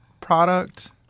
product